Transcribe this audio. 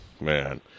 Man